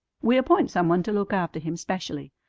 we appoint some one to look after him specially,